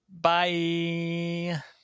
Bye